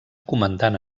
comandant